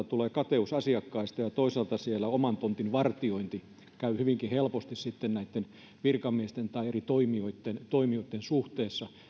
tulee kateutta asiakkaista ja ja toisaalta siellä oman tontin vartiointi käy hyvinkin helposti näitten virkamiesten tai eri toimijoitten toimijoitten suhteessa